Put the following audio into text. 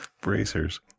bracers